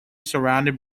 surrounded